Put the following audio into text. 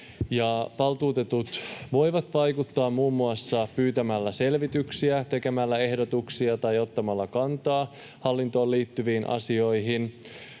Valtuutetut voivat vaikuttaa muun muassa pyytämällä selvityksiä, tekemällä ehdotuksia tai ottamalla kantaa hallintoon liittyviin asioihin.